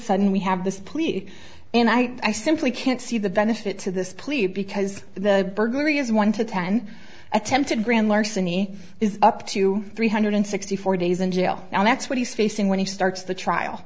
sudden we have the police and i simply can't see the benefit to this plea because the burglary is one to ten attempted grand larceny is up to three hundred sixty four days in jail and that's what he's facing when he starts the trial